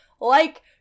like-